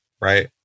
Right